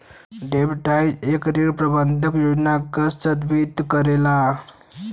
डेब्ट डाइट एक ऋण प्रबंधन योजना के संदर्भित करेला